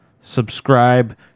subscribe